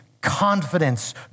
Confidence